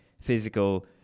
physical